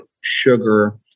sugar